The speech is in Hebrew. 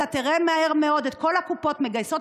אתה תראה מהר מאוד את כל הקופות מגייסות